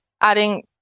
Adding